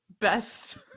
best